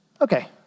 okay